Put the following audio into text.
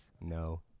No